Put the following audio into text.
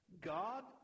God